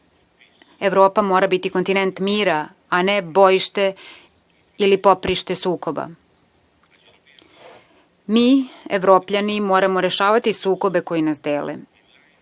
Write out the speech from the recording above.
Evropa mora biti kontinent mira, a ne bojište ili poprište sukoba. Mi Evropljani moramo rešavati sukobe koji nas dele